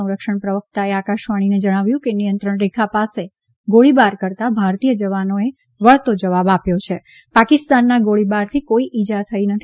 સંરક્ષણ પ્રવકતાએ આકાશવાણીને જણાવ્યું કે નિયંત્રણ રેખા પાસે ગોળીબાર કરતાં ભારતીય જવાનોએ વળતો જવાબ આપ્યો છે પાકિસ્તાનના ગોળીબારથી કોઇ ઇજા થઇ નથી